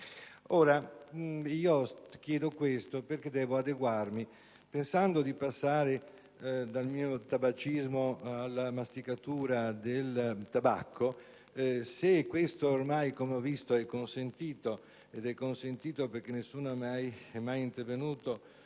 Lo chiedo perché vorrei adeguarmi, pensando di passare dal mio tabagismo alla masticatura del tabacco. Se questo ormai, come ho visto, è consentito - e lo è perché nessuno è mai intervenuto